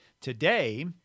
today